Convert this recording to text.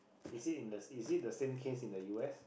is it in the is it the same case in the u_s